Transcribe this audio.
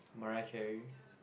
Mariah Carey